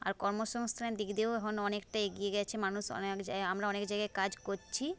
আর কর্মসংস্থানের দিক দিয়েও এখন অনেকটা এগিয়ে গেছে মানুষ অনেক জায় আমরা অনেক জায়গায় কাজ করছি